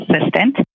assistant